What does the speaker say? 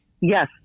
Yes